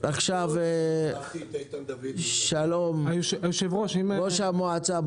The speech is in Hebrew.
הבא, ראש המועצה.